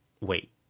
wait